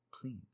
Please